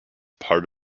part